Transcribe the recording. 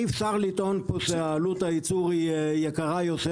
אי אפשר לטעון פה שעלות הייצור היא יקרה יותר